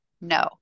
No